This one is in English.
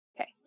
Okay